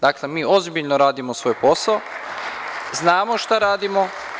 Dakle, mi ozbiljno radimo svoj posao i znamo šta radimo.